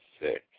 six